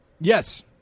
Yes